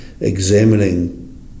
examining